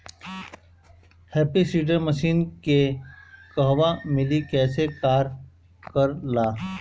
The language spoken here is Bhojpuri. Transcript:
हैप्पी सीडर मसीन के कहवा मिली कैसे कार कर ला?